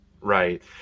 Right